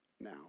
now